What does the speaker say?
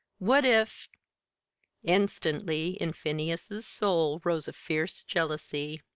what if instantly in phineas's soul rose a fierce jealousy.